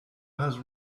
has